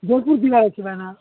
ଜୟପୁର ଜିବାର ଅଛି ଭାଇନା